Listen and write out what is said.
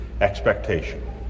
expectation